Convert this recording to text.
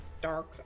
dark